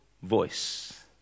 Voice